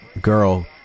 girl